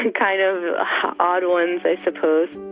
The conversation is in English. and kind of odd ones, i suppose